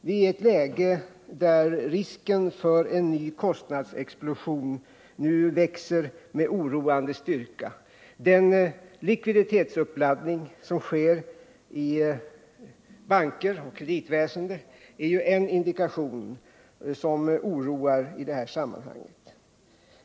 Vi är i ett läge där risken för en ny kostnadsexplosion växer med oroande styrka. Den likviditetsuppladdning som sker i banker och kreditväsende är ju en indikation som oroar i detta sammanhang.